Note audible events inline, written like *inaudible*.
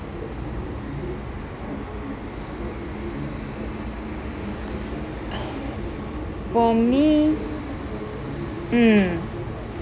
*breath* for me mm